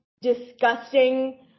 disgusting